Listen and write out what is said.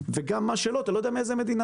פורר: מיכאל, אני יכול להגיב מההתחלה ועד הסוף?